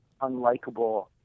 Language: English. unlikable